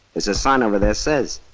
there's a sign over there says.